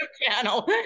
Channel